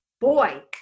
boy